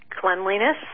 cleanliness